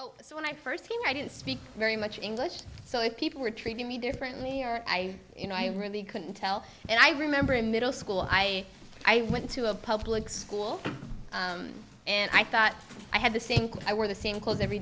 so when i first came here i didn't speak very much english so if people were treating me differently or i you know i really couldn't tell and i remember in middle school i went to a public school and i thought i had the sink i wear the same clothes every